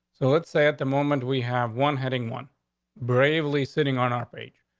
so let's say at the moment we have one heading one bravely sitting on our page.